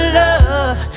love